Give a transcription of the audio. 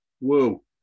whoa